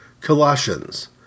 Colossians